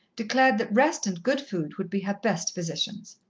declared that rest and good food would be her best physicians.